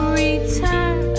return